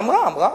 אמרה, אמרה.